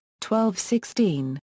1216